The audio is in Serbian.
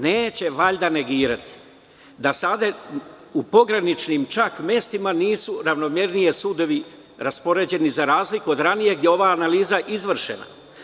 Neće valjda negirati da u pograničnim mestima nisu ravnomernije sudovi raspoređeni, za razliku od ranijeg je ova analiza izvršena.